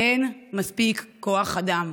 אין מספיק כוח אדם.